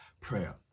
prayer